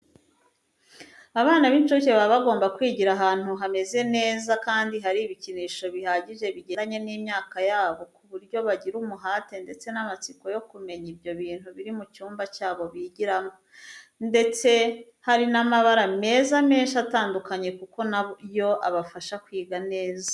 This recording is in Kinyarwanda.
Abana b'incuke baba bagomba kwigira ahantu hameze neza kandi hari ibikinisho bihagije bigendanye n'imyaka yabo ku buryo bagira umuhate ndetse n'amatsiko yo kumenya ibyo bintu biri mu cyumba cyabo bigioramo, ndetse hari n'amabara meza menshi atandukanye kuko na yo abafasha kwiga neza.